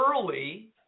early